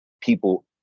people